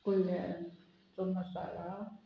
कुल्ल्यांचो masala